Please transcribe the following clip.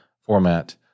format